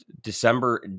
december